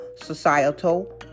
societal